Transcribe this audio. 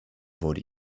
wurde